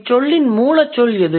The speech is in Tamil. இச்சொல்லின் மூலச்சொல் எது